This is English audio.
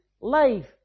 life